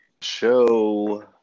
Show